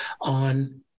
on